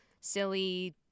silly